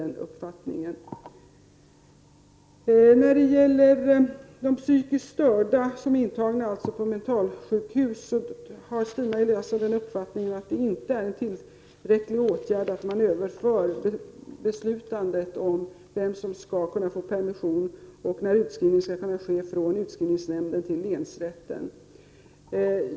När det gäller psykiskt störda som är intagna på mentalsjukhus har Stina Eliasson den uppfattningen att det inte är en tillräcklig åtgärd att man överför beslutet om vem som skall kunna få permission och när utskrivning skall kunna ske från utskrivningsnämnden till länsrätten.